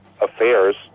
affairs